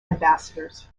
ambassadors